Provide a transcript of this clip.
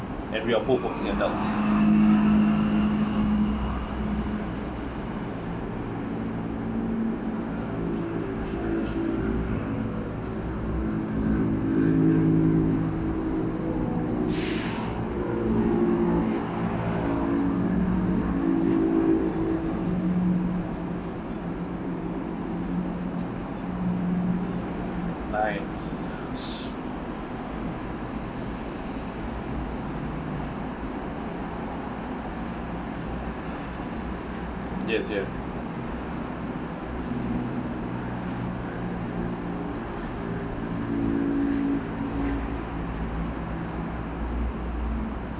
and we are both working adults nice yes yes